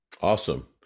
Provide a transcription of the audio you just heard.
Awesome